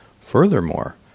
Furthermore